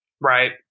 right